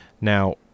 Now